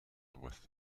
with